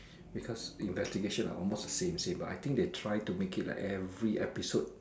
because the investigation are almost the same same but I think they try to make it like every episode